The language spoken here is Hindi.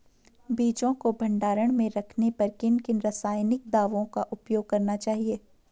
बीजों को भंडारण में रखने पर किन किन रासायनिक दावों का उपयोग करना चाहिए?